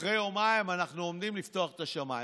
אחרי יומיים: אנחנו עומדים לפתוח את השמיים.